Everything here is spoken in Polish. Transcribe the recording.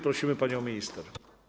Prosimy panią minister.